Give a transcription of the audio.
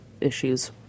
issues